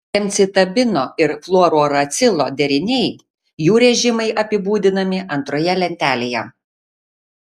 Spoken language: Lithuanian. gemcitabino ir fluorouracilo deriniai jų režimai apibūdinami antroje lentelėje